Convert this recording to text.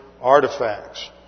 artifacts